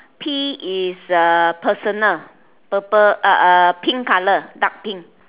P is uh personal purple pink colour dark pink